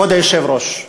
כבוד היושב-ראש,